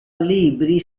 libri